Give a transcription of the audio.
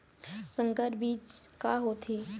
संकर बीज का होथे?